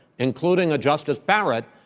including a justice barrett,